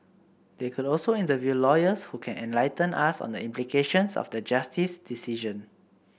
they could also interview lawyers who can enlighten us on the implications of the Justice's decision